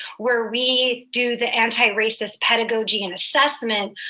where we do the anti-racist pedagogy and assessment,